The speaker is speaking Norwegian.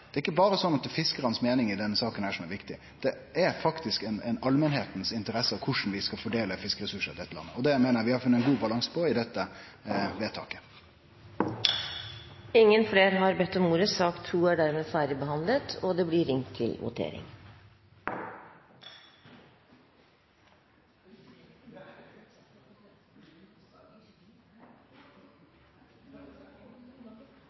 det er fellesskapets ressurs. Det er ikkje sånn at det berre er fiskaranes meiningar i denne saka som er viktige. Det er faktisk i allmenta si interesse korleis vi skal fordele fiskeressursar i dette landet, og det meiner eg vi har funne ein god balanse på med dette vedtaket. Flere har ikke bedt om ordet til sak nr. 2. Da er Stortinget klar til